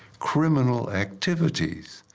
criminal activities,